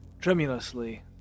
tremulously